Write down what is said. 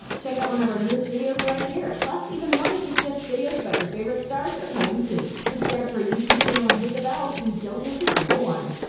check out one of our newest videos right here! plus, even more nicki swift videos about your favorite stars are coming soon. subscribe to our youtube channel and hit the bell so you don't miss a single one.